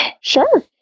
sure